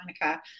Monica